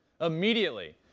Immediately